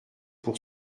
pour